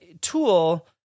tool